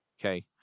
okay